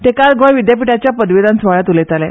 ते आयज गोंय विद्यापिठाच्या पदवीदान सूवाळ्यात उलयताले